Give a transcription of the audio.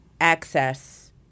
access